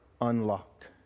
unlocked